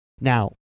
Now